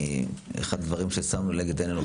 אחד הדברים ששמנו לנגד עינינו,